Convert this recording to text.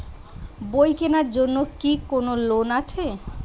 বই কেনার জন্য কি কোন লোন আছে?